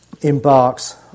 embarks